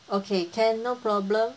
okay can no problem